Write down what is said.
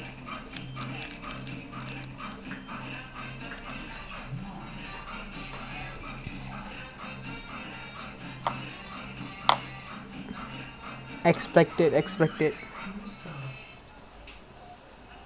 I mean okay lah number one okay lah like actually is quite fun we went at like um ஒரு மணிக்கு:oru manikku meet பண்ணிருப்போம் ஒரு சம்பவம்:panniruppom oru sambavam but then at the end we only meet at like one thirty two lah so by by the time we went there it was like two forty five